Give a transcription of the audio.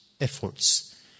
efforts